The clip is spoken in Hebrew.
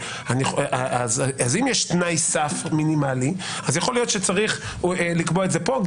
אז אם יש תנאי סף מינימלי אז יכול להיות שצריך לקבוע את זה פה.